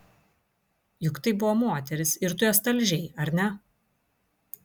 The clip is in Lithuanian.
juk tai buvo moterys ir tu jas talžei ar ne